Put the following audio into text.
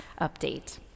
update